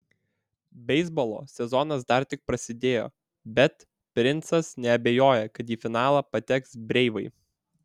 beisbolo sezonas dar tik prasidėjo bet princas neabejoja kad į finalą pateks breivai